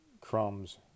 crumbs